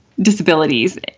disabilities